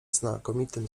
znakomitym